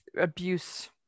abuse